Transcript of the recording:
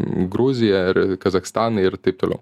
gruzija ir kazachstanai ir taip toliau